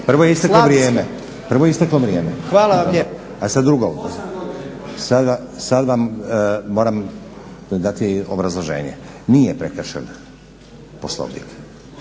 Prvo je isteklo vrijeme, a sada drugo, sada vam moram dati obrazloženje. Nije prekršen Poslovnik,